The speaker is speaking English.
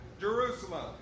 Jerusalem